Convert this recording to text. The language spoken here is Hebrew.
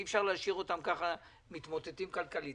אי אפשר להשאיר אותם כך מתמוטטים כלכלית.